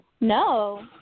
No